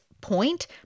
point